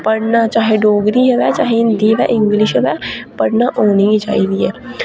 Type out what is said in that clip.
पढ़ना चाहे डोगरी होऐ चाहे हिंदी चाहे इंग्लिश होवे पढ़ना औनी गै चाइदी ऐ